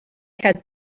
had